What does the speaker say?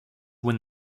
when